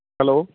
hello